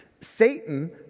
Satan